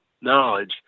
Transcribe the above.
knowledge